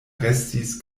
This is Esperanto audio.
restis